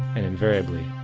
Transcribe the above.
and invariably,